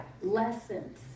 Lessons